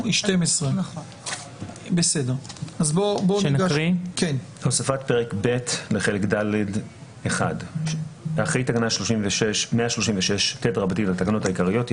12. 12.הוספת פרק ב' לחלק ד'1 אחרי תקנה 136ט לתקנות העיקריות,